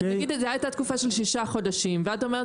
נגיד זו הייתה תקופה של ששה חודשים ואת אומרת